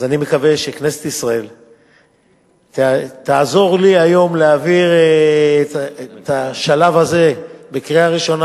אני מקווה שכנסת ישראל תעזור לי היום להעביר את השלב הזה בקריאה ראשונה,